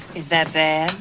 is that bad?